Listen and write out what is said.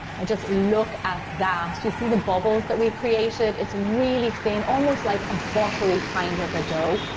and just look at that. do you see the bubbles that we created? it's really thin almost like a buttery kind of a dough.